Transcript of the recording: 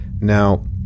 Now